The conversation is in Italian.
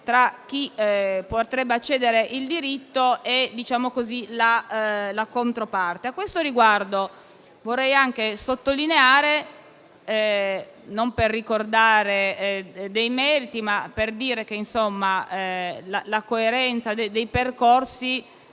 tra chi potrebbe accedere al diritto e la controparte. A questo riguardo, vorrei anche sottolineare - non per ricordare dei meriti, ma per dire che la coerenza dei percorsi